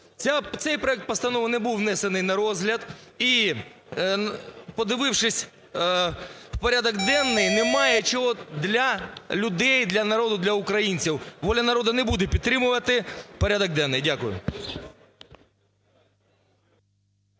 Цей проект постанови не був внесений на розгляд. І подивившись у порядок денний, немає чого для людей, для народу, для українців. "Воля народу" не буде підтримувати порядок денний. Дякую.